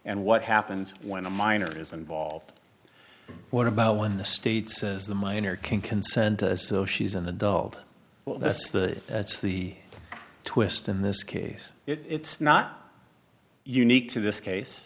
and what happens when a minor is involved what about when the state says the minor can consent so she's an adult well that's the that's the twist in this case it's not unique to this case